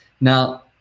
Now